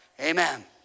Amen